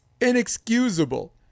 inexcusable